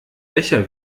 becher